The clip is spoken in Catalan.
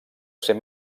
ser